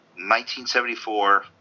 1974